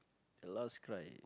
last cry